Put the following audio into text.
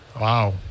wow